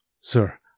Sir